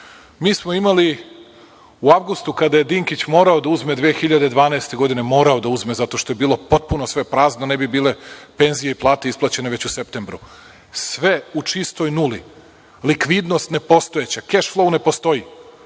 mi smo imali u avgustu, kada je Dinkić morao da uzme 2012. godine, morao da uzme, zato što je bilo sve potpuno prazno, ne bi bile penzije i plate isplaćene već u septembru, sve u čistoj nuli, likvidnost nepostojeća, keš flou ne postoji,